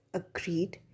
agreed